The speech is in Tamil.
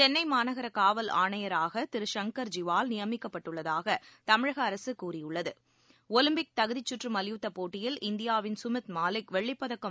சென்னைமாநகரகாவல் ஆணையாகதிரு சங்கர் ஐிவால் நியமிக்கப்படுவதாகதமிழகஅரசுகூறியுள்ளது ஒலிம்பிக் தகுதிச்சுற்றுமல்யுத்தப் போட்டியில் இந்தியாவின் சுமித் மாலிக் வெள்ளிப்பதக்கம்